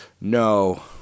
No